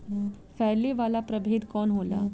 फैले वाला प्रभेद कौन होला?